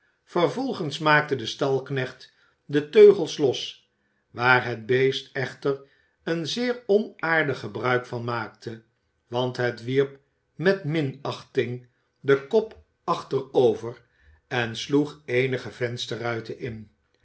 vervolgens maakte de stalknecht de teugels los waar het beest echter een zeer onaardig gebruik van maakte want het wierp met minachting de kop achterover en sloeg eenige vensterruiten in